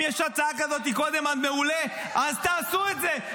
אם יש הצעה כזאת קודם אז מעולה, אז תעשו את זה.